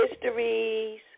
histories